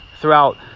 throughout